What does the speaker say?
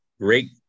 great